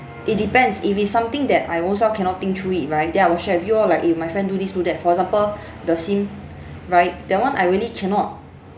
it depends if it's something that I ownself cannot think through it right then I won't share with you orh like if my friend do this do that for example the sim right that one I really cannot